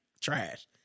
trash